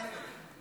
שירי יתחלף איתי.